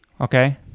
Okay